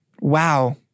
wow